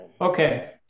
Okay